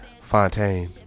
Fontaine